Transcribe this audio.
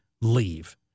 leave